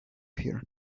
here